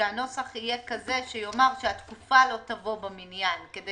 שהנוסח יהיה כזה שיאמר שהתקופה לא תבוא במניין כדי